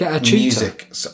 music